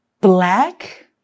Black